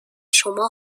شما